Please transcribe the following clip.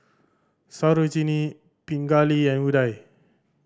Sarojini Pingali and Udai